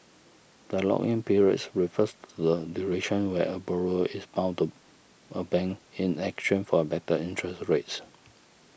the lock in periods refers to the duration where a borrower is bound to a bank in exchange for better interest rates